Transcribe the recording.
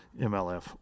MLF